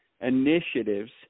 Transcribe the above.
initiatives